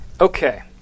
Okay